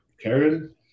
Karen